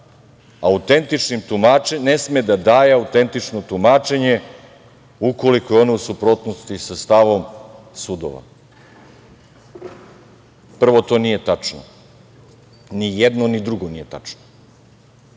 skupština ne sme da daje autentično tumačenje ukoliko je ono u suprotnosti sa stavom sudova. Prvo, to nije tačno. Ni jedno, ni drugo nije tačno,